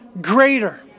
greater